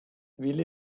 willi